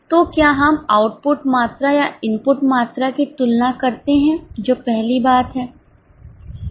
तो क्या हम आउटपुट मात्रा या इनपुट मात्रा की तुलना करते हैं जो पहली बात है